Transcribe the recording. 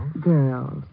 Girls